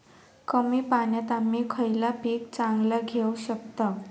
कमी पाण्यात आम्ही खयला पीक चांगला घेव शकताव?